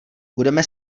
budeme